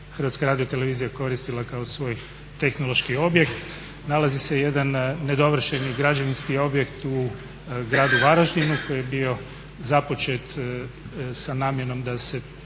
Savici koju je HRT koristila kao svoj tehnološki objekt. Nalazi se i jedan nedovršeni građevinski objekt u gradu Varaždinu koji je bio započet sa namjerom da se